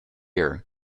year